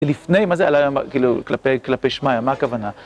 לפני, מה זה? כאילו, כלפי שמיא, מה הכוונה?